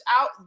out